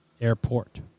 Airport